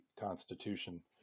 Constitution